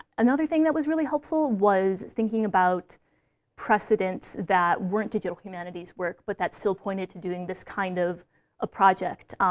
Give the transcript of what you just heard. another thing that was really helpful was thinking about precedents that weren't digital humanities work, but that still pointed to doing this kind of a project.